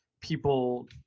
people